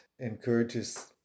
encourages